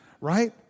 right